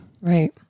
Right